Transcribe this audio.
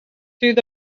through